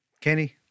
Kenny